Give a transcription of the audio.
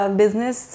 business